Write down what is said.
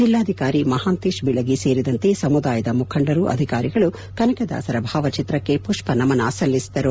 ಜಿಲ್ಲಾಧಿಕಾರಿ ಮಹಾಂತೇಶ್ ಬೀಳಗಿ ಸೇರಿದಂತೆ ಸಮುದಾಯದ ಮುಖಂಡರು ಅಧಿಕಾರಿಗಳು ಕನಕದಾಸರ ಭಾವಚಿತ್ರಕ್ಕೆ ಪುಷ್ಪನಮನ ಸಲ್ಲಿಸಿದರು